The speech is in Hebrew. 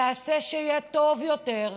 תעשה שיהיה טוב יותר,